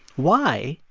why,